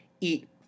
eat